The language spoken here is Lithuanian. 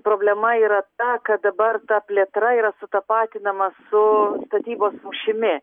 problema yra ta kad dabar ta plėtra yra sutapatinama su statybos rūšimi